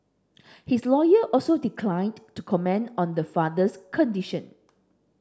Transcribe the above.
his lawyer also declined to comment on the father's condition